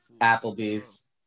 Applebee's